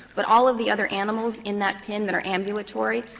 but all of the other animals in that pen that are ambulatory,